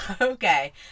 Okay